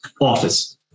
Office